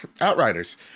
outriders